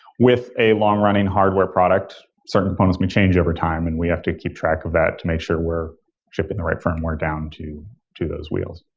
with a long-running hardware product, certain components may change over time and we have to keep track of that to make sure we're tripping the right firmware down to to those wheels.